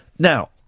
Now